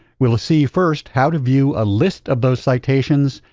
we'll see first how to view a list of those citations,